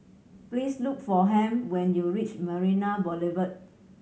please look for Ham when you reach Marina Boulevard